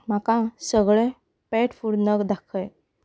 म्हाका सगळे pet food नग दाखय